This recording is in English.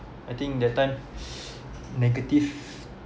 I think that time negative